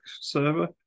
server